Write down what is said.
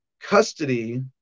Custody